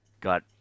got